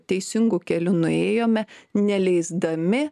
teisingu keliu nuėjome neleisdami